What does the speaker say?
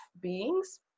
beings